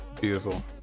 beautiful